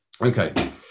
Okay